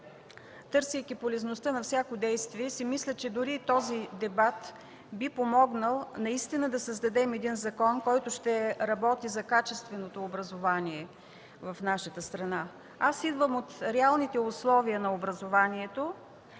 търсейки полезността на всяко действие си мисля, че дори и този дебат би помогнал да създадем закон, който ще работи за качественото образование в нашата страна. Идвам от реалните условия на образованието.